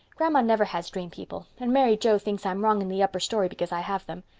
grandma never has dream-people and mary joe thinks i'm wrong in the upper story because i have them.